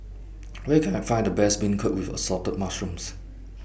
Where Can I Find The Best Beancurd with Assorted Mushrooms